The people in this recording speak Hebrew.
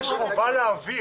יש חובה להעביר.